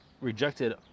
rejected